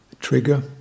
trigger